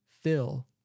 fill